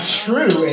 true